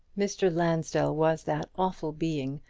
mr. lansdell was that awful being,